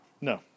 No